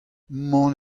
mann